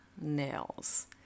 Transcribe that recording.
nails